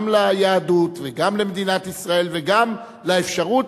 גם ליהדות וגם למדינת ישראל וגם לאפשרות